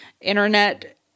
internet